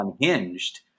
unhinged